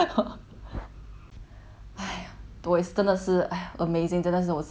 !haiya! 我也真的是 !aiya! amazing 真的是我自己觉得很我自己很厉害你知道吗